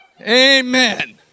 Amen